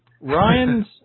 Ryan's